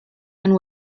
and